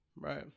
right